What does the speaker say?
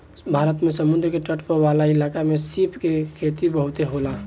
भारत में समुंद्र के तट वाला इलाका में सीप के खेती बहुते होला